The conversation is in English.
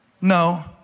No